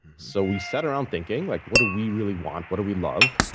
so we sat around thinking like what do we really want, what do we love?